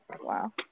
Wow